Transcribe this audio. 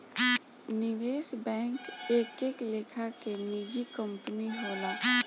निवेश बैंक एक एक लेखा के निजी कंपनी होला